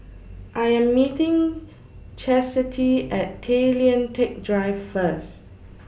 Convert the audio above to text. I Am meeting Chasity At Tay Lian Teck Drive First